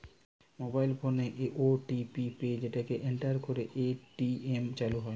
mobile ফোনে OTP পেয়ে সেটাকে এন্টার করে এ.টি.এম চালু হয়